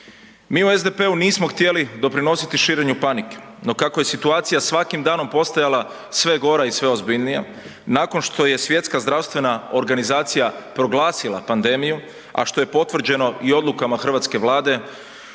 Mi u SDP-u nismo htjeli doprinositi širenju panike, no kako je situacija svakim danom postajala sve gora i sve ozbiljnija, nakon što je Svjetska zdravstvena organizacija proglasila pandemiju, la što je potvrđeno i odlukama hrvatske Vlade